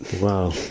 Wow